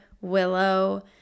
Willow